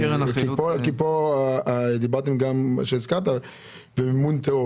כאן דיברת על מימון טרור.